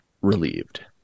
relieved